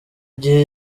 gihe